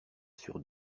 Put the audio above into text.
sur